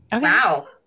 Wow